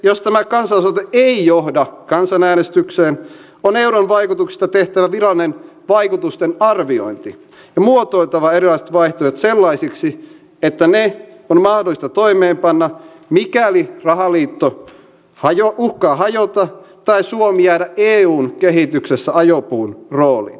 jos tämä kansalaisaloite ei johda kansanäänestykseen on euron vaikutuksista tehtävä virallinen vaikutusten arviointi ja muotoiltava erilaiset vaihtoehdot sellaisiksi että ne on mahdollista toimeenpanna mikäli rahaliitto uhkaa hajota tai suomi jäädä eun kehityksessä ajopuun rooliin